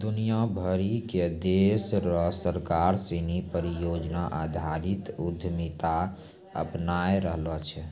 दुनिया भरी के देश र सरकार सिनी परियोजना आधारित उद्यमिता अपनाय रहलो छै